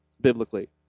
biblically